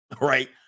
right